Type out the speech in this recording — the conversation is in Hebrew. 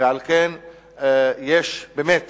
ועל כן יש באמת